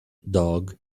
dog